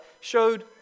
Showed